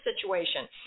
situation